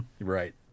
Right